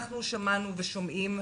אנחנו שמענו ושומעים,